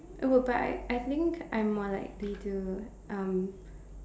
oh but I I think I'm more likely to um